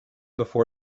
before